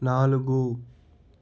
నాలుగు